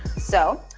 so,